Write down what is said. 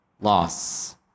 loss